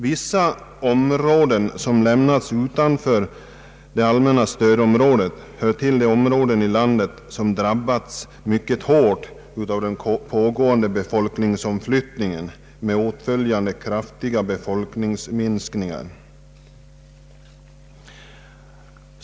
Vissa områden som lämnats utanför det allmänna stödområdet hör till de områden i landet som drabbats mycket hårt av den pågående befolkningsomflyttningen med = åtföljande kraftiga befolkningsminskningar.